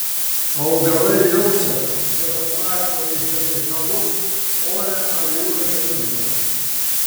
augalai jaučia ir atsako į chemikalus ore ar jų organizmuose